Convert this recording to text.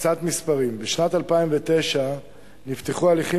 קצת מספרים: בשנת 2009 נפתחו הליכים